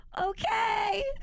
Okay